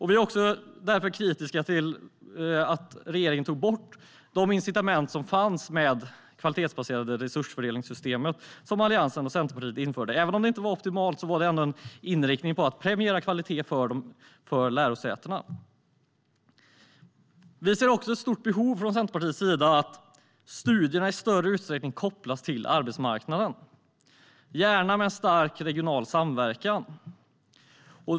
Vi är därför kritiska till att regeringen tog bort de incitament som fanns med det kvalitetsbaserade resursfördelningssystemet, som Alliansen och Centerpartiet införde. Även om det inte var optimalt fanns det ändå en inriktning på att premiera kvalitet för lärosätena. Vi ser från Centerpartiets sida ett stort behov av att studierna i större utsträckning kopplas till arbetsmarknaden, gärna med en stark regional samverkan.